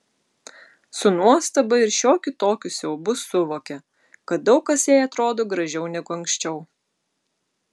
su nuostaba ir šiokiu tokiu siaubu suvokė kad daug kas jai atrodo gražiau negu anksčiau